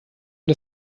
ihm